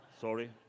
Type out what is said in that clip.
Sorry